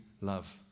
love